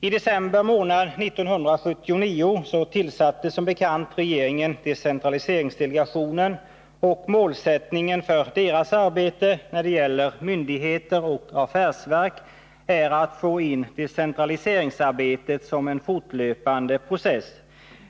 I december månad 1979 tillsatte som bekant regeringen decentraliseringsdelegationen, och målsättningen för arbetet när det gäller myndigheter och affärsverk är att få in decentralise ringsarbetet som en fortlöpande process.